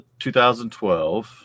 2012